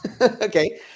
Okay